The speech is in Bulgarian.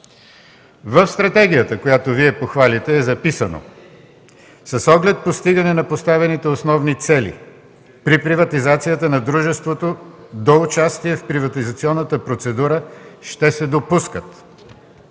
В Стратегията, която Вие похвалихте, е записано: „С оглед постигане на поставените основни цели при приватизацията на дружеството до участие в приватизационната процедура ще се допускат